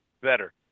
better